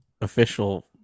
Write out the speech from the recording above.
official